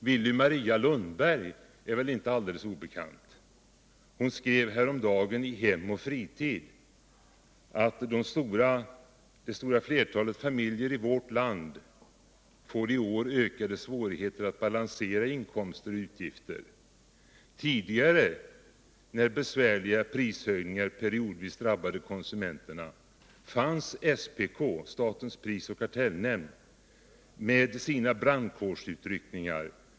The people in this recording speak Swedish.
Willy Maria Lundberg torde inte vara alldeles obekant. Hon skrev häromdagen i Hem och Fritid: ”Det stora flertalet familjer i vårt land får i år ökade svårigheter att balansera inkomster/utgifter. Tidigare när besvärliga prishöjningar periodvis drabbade konsumenterna fanns SPK, statens prisoch kartellnämnd. med sina brandkårsutryckningar.